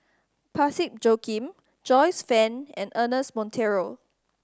Parsick Joaquim Joyce Fan and Ernest Monteiro